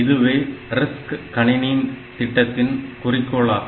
இதுவே RISC கணினி திட்டத்தின் குறிக்கோளாகும்